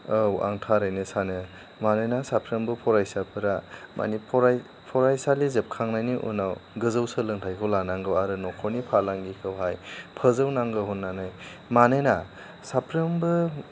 औ आं थारैनो सानो मानोना साफ्रोमबो फरायसाफ्रा मानि फराय फरायसालि जोबखांनायनि उनाव गोजौ सोलोंथाइखौ लानांगौ आरो नखरनि फालांगिखौहाय फोजौनांगौ होन्नानै मानोना साफ्रोमबो